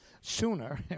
sooner